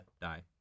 Die